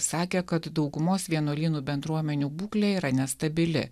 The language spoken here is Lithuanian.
sakė kad daugumos vienuolynų bendruomenių būklė yra nestabili